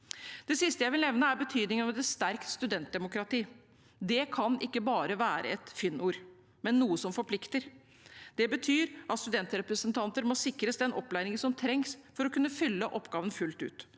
Det siste jeg vil nevne, er betydningen av et sterkt studentdemokrati. Det kan ikke bare være et fyndord, men noe som forplikter. Det betyr at studentrepresentanter må sikres den opplæringen som trengs for å kunne fylle oppgaven fullt ut.